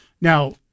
Now